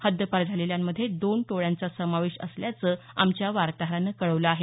हद्दपार झालेल्यांमध्ये दोन टोळ्यांचा समावेश असल्याचं आमच्या वार्ताहरानं कळवलं आहे